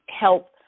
help